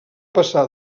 passar